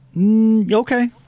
Okay